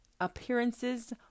appearances